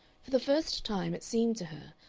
for the first time, it seemed to her,